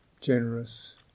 Generous